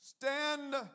Stand